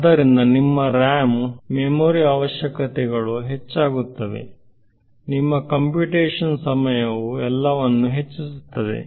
ಆದ್ದರಿಂದ ನಿಮ್ಮ RAM memory ಅವಶ್ಯಕತೆಗಳು ಹೆಚ್ಚಾಗುತ್ತವೆ ನಿಮ್ಮ ಕಂಪ್ಯೂಟೇಶನ್ ಸಮಯವು ಎಲ್ಲವನ್ನೂ ಹೆಚ್ಚಿಸುತ್ತದೆ